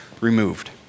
removed